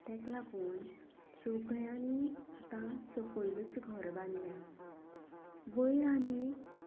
ताका लागून सगळ्यांनी आतां सकयलच घर बांदल्या वयर आनी एक